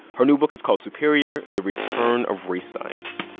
her new book is called superior the return of race science.